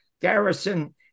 Garrison